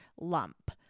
lump